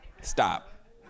Stop